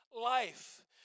life